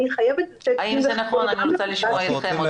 אני חייבת דין וחשבון --- אני רוצה לשמוע אתכם,